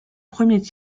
premier